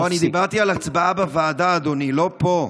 דיברתי על הצבעה בוועדה, אדוני, לא פה.